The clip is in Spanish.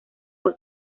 fue